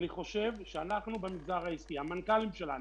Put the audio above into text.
אני חושב שאנחנו במגזר העסקי, המנכ"לים שלנו,